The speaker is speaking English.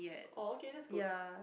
oh okay that's good